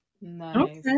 Nice